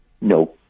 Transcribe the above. No